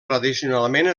tradicionalment